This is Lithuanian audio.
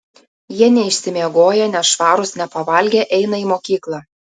jie neišsimiegoję nešvarūs nepavalgę eina į mokyklą